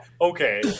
Okay